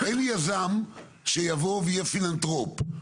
אין יזם שיבוא ויהיה פילנתרופ,